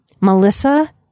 Melissa